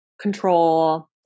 control